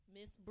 Miss